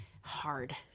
hard